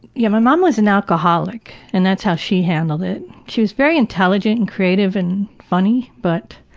yeah my mom was an alcoholic and that's how she handled it. she was very intelligent, and creative, and funny but